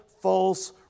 false